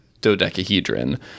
dodecahedron